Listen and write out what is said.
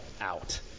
out